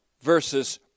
versus